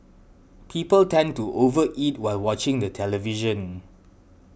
people tend to over eat while watching the television